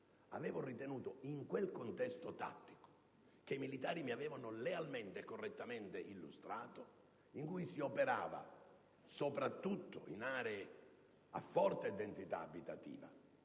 decisione, che in quel contesto tattico, che i militari mi avevano lealmente e correttamente illustrato, in cui si operava soprattutto in aree a forte densità abitativa,